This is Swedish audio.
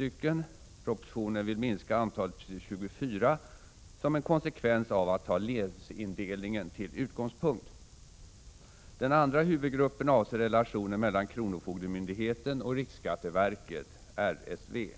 I propositionen vill man minska antalet till 24 som en konsekvens av att länsindelningen tas till utgångspunkt. Den andra huvudgruppen avser relationen mellan kronofogdemyndigheten och riksskatteverket, RSV.